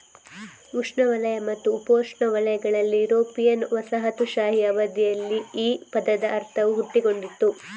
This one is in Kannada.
ಉಷ್ಣವಲಯ ಮತ್ತು ಉಪೋಷ್ಣವಲಯಗಳಲ್ಲಿ ಯುರೋಪಿಯನ್ ವಸಾಹತುಶಾಹಿ ಅವಧಿಯಲ್ಲಿ ಈ ಪದದ ಅರ್ಥವು ಹುಟ್ಟಿಕೊಂಡಿತು